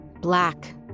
Black